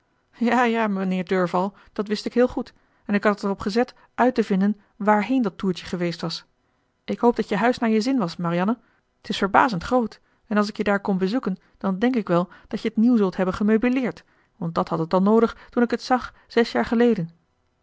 ja ja mijnheer durf al dat wist ik heel goed en ik had het erop gezet uit te vinden wààrheen dat toertje geweest was ik hoop dat je huis naar je zin was marianne t is verbazend groot en als ik je daar kom bezoeken dan denk ik wel dat je t nieuw zult hebben gemeubileerd want dat had het al noodig toen ik het zag zes jaar geleden